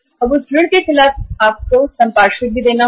और उस ऋण के खिलाफ आपको संपार्श्विक भी देना होगा